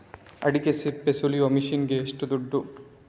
ಅಡಿಕೆ ಸಿಪ್ಪೆ ಸುಲಿಯುವ ಮಷೀನ್ ಗೆ ಏಷ್ಟು ದುಡ್ಡು?